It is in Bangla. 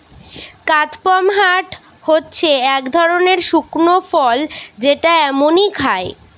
কাদপমহাট হচ্ছে এক ধরনের শুকনো ফল যেটা এমনই খায়